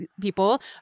people